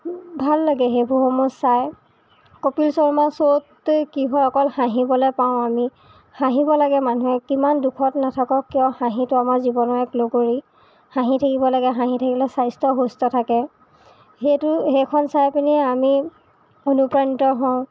ভাল লাগে সেইবোৰসমূহ চাই কপিল শৰ্মাৰ শ্ব'ত কি হয় অকল হাঁহিবলৈ পাওঁ আমি হাঁহিব লাগে মানুহে কিমান দুখত নাথাকক কিয় হাঁহিটো আমাৰ জীৱনৰ এক লগৰী হাঁহি থাকিব লাগে হাঁহি থাকিলে স্বাস্থ্য সুস্থ থাকে সেইটো সেইখন চাই পিনেয়ে আমি অনুপ্ৰাণিত হওঁ